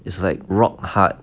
it's like rock hard